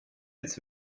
jetzt